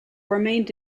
remained